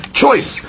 choice